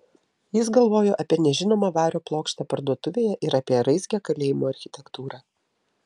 jis galvojo apie nežinomą vario plokštę parduotuvėje ir apie raizgią kalėjimo architektūrą